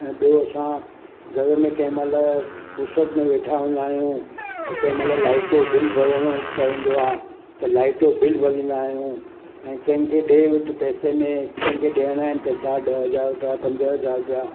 ऐं ॿियों असां घर में कंहिं महिल फुर्सत में वेठा हूंदा आहियूं त कंहिं महिल लाइट जो बिल भरिणो पवंदो आहे त लाइट जो बिल भरींदा आहियूं ऐं कंहिं खे ॾे वठि पैसे में कंहिं खे ॾियणा आहिनि पैसा ॾह हज़ार रुपया पंज हज़ार रुपया